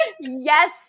Yes